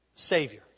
Savior